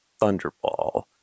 Thunderball